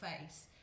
face